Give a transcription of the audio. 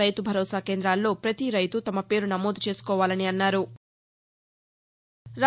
రైతు భరోసా కేందాల్లో పతి రైతూ తమ పేరు నమోదు చేసుకోవాలని అన్నారు